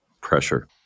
pressure